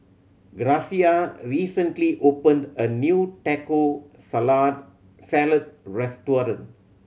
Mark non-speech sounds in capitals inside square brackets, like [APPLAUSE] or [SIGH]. Gracia recently opened a new Taco [UNINTELLIGIBLE] Salad restaurant